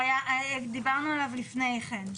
כן, דיברנו עליו לפני כן.